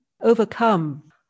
overcome